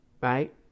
right